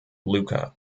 luka